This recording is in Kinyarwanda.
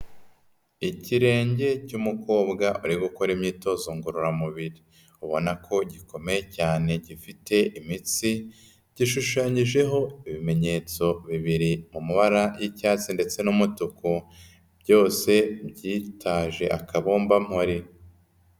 Ikirenge cy'umukobwa uri gukora imyitozo ngororamubiri. Ubona ko gikomeye cyane, gifite imitsi, gishushanyijeho ibimenyetso bibiri mu mabara y'icyatsi ndetse n'umutuku. Byose byitaje akabombampore.